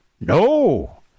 No